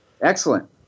Excellent